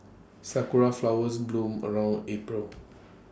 Sakura Flowers bloom around April